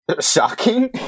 shocking